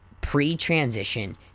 Pre-transition